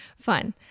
Fun